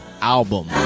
album